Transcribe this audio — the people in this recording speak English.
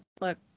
look